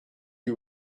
you